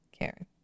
Karen